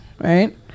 right